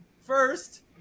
first